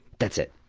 that's it,